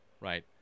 right